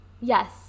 yes